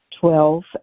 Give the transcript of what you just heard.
Twelve